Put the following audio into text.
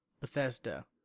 Bethesda